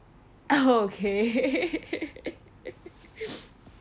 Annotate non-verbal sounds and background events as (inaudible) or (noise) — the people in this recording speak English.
okay (laughs)